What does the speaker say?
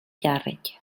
càrrec